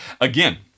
again